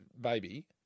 baby